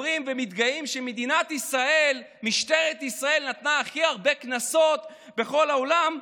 כשמדברים ומתגאים שמשטרת ישראל נתנה הכי הרבה קנסות בכל העולם,